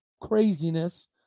craziness